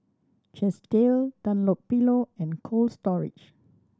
Chesdale Dunlopillo and Cold Storage